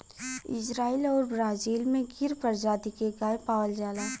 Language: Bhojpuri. इजराइल आउर ब्राजील में गिर परजाती के गाय पावल जाला